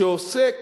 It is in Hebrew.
שעוסק